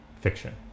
fiction